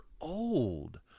old